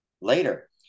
later